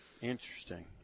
Interesting